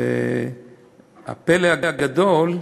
הפלא הגדול,